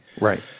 Right